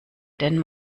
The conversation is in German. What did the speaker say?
den